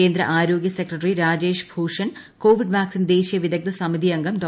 കേന്ദ്ര ആരോഗൃ secretary Rajesh Bhushan covid vaccine ദേശീയ വിദഗ്ദ്ധ സമിതി അംഗം ഡോ